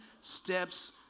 steps